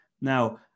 Now